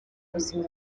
ubuzima